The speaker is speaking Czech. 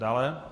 Dále?